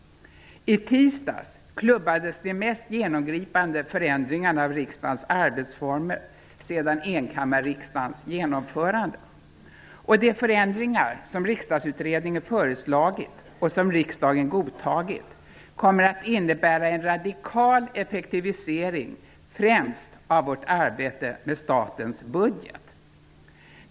I tisdags klubbades de mest genomgripande förändringarna av riksdagens arbetsformer sedan enkammariksdagens genomförande. De förändringar som Riksdagsutredningen föreslagit, och som riksdagen godtagit, kommer att innebära en radikal effektivisering, främst av vårt arbete med statens budget.